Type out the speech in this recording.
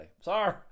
Sorry